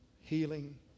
healing